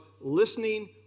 listening